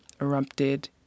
erupted